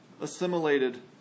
assimilated